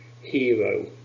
Hero